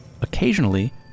Occasionally